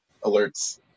alerts